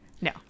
no